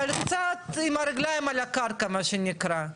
אבל קצת עם הרגליים על הקרקע, מה שנקרא.